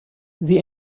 sie